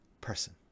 person